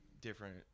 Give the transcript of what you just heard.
different